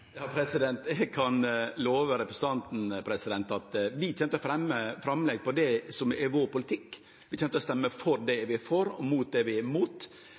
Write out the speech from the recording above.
Eg kan love representanten at vi kjem til å gjere framlegg om det som er vår politikk. Vi kjem til å stemme for det vi er for, og mot det vi er mot.